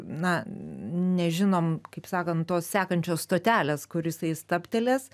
na nežinom kaip sakant tos sekančios stotelės kur jisai stabtelės